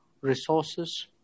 resources